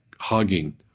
hugging